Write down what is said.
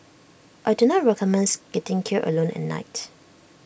I do not recommends skating here alone at night